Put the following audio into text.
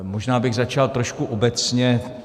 Možná bych začal trošku obecně.